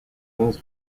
onze